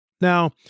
Now